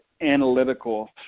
analytical